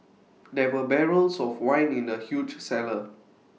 there were barrels of wine in the huge cellar